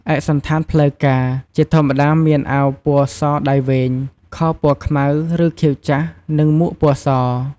ឯកសណ្ឋានផ្លូវការ ជាធម្មតាមានអាវពណ៌សដៃវែង ខោពណ៌ខ្មៅ ឬខៀវចាស់ និងមួកពណ៌ស។